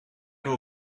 nur